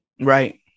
Right